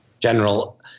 general